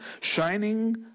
shining